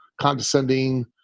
condescending